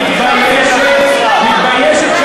מתביישת,